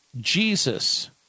Jesus